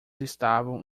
estavam